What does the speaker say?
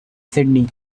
sydney